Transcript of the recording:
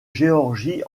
géorgie